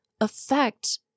affect